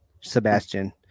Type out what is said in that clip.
Sebastian